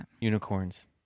Unicorns